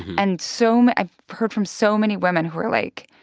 and so um i've heard from so many women who are like,